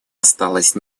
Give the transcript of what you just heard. осталось